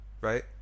right